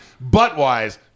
butt-wise